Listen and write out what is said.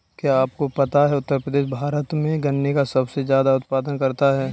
क्या आपको पता है उत्तर प्रदेश भारत में गन्ने का सबसे ज़्यादा उत्पादन करता है?